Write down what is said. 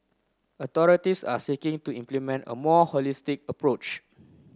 authorities are seeking to implement a more holistic approach